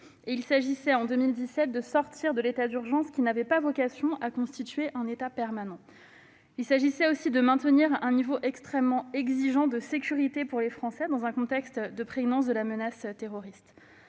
Il s'agissait, en 2017, de sortir de l'état d'urgence, qui n'avait pas vocation à constituer un état permanent. Il s'agissait aussi de maintenir un niveau extrêmement exigeant de sécurité pour les Français, dans un contexte marqué par une menace terroriste